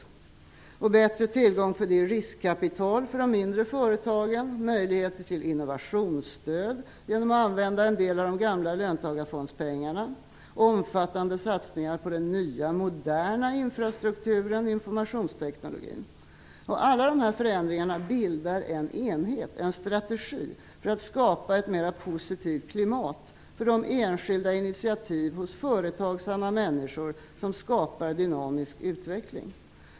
Bättre tillgång till riskkapital för de mindre företagen, möjligheter till innovationsstöd genom att använda en del av de gamla löntagarfondspengarna samt omfattande satsningar på den nya moderna infrastrukturen och informationsteknologin är förändringar som bildar en enhet, en strategi, för att skapa ett mera positivt klimat för de enskilda initiativ från företagsamma människor som skapar en dynamisk utveckling.